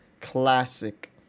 Classic